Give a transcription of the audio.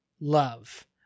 love